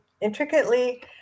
intricately